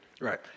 Right